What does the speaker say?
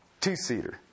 two-seater